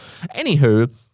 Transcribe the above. Anywho